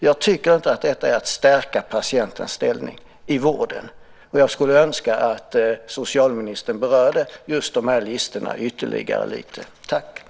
Jag tycker inte att detta är att stärka patientens ställning i vården, och jag skulle önska att socialministern berörde just dessa listor ytterligare lite grann.